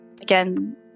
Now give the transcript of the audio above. again